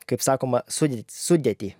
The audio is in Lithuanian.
kaip sakoma sudėtį sudėtį